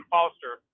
Foster